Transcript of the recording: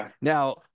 Now